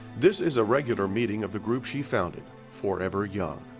this is a regular meeting of the group she founded, forever young.